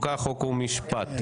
איך זה הולך לקרות, אופיר?